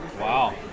Wow